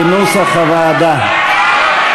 כנוסח הוועדה.